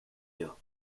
you